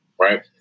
right